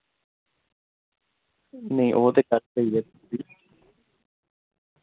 नेईं ओह् ते गल्ल स्हेई ऐ